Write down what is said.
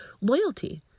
loyalty